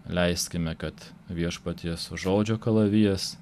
leiskime kad viešpaties žodžio kalavijas